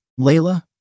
Layla